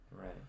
right